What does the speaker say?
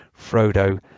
Frodo